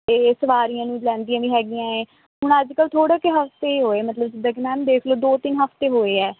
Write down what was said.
ਇਹ ਸਵਾਰੀਆਂ ਨੂੰ ਲੈਂਦੀਆਂ ਵੀ ਹੈਗੀਆਂ ਏ ਹੁਣ ਅੱਜ ਕੱਲ੍ਹ ਥੋੜ੍ਹਾ ਕੁ ਹਫਤੇ ਹੋਏ ਮਤਲਬ ਜਿੱਦਾਂ ਕਿ ਮੈਮ ਦੇਖ ਲਓ ਦੋ ਤਿੰਨ ਹਫਤੇ ਹੋਏ ਹੈ